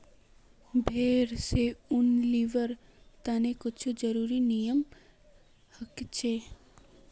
भेड़ स ऊन लीबिर तने कुछू ज़रुरी नियम हछेक